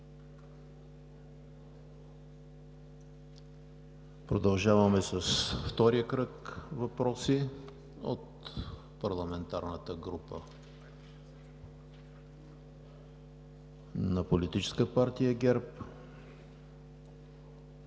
Продължаваме с втория кръг въпроси. От парламентарната група на Политическа партия ГЕРБ,